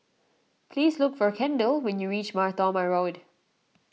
please look for Kendall when you reach Mar Thoma Road